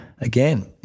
again